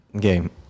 game